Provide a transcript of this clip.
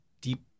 deep